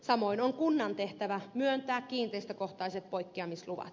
samoin on kunnan tehtävä myöntää kiinteistökohtaiset poikkeamisluvat